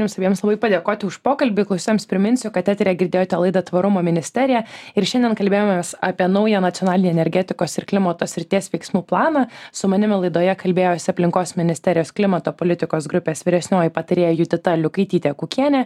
jums abiems labai padėkoti už pokalbį klausytojams priminsiu kad eteryje girdėjote laidą tvarumo ministerija ir šiandien kalbėjomės apie naują nacionalinį energetikos ir klimato srities veiksmų planą su manimi laidoje kalbėjosi aplinkos ministerijos klimato politikos grupės vyresnioji patarėja judita liukaitytė kukienė